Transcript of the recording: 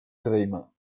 trema